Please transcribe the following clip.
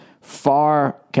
far